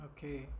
Okay